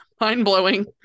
mind-blowing